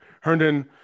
Herndon